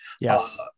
Yes